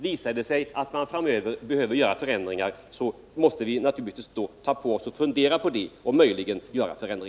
Visar det sig att man framöver behöver göra förändringar måste vi naturligtvis ta upp frågan på nytt.